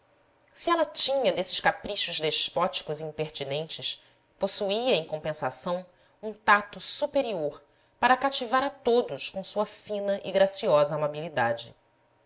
se ela tinha desses caprichos despóticos e impertinentes possuía em compensação um tacto superior para cativar a todos com sua fina e graciosa amabilidade